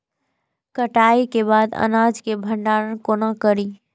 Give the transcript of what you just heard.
कटाई के बाद अनाज के भंडारण कोना करी?